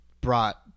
brought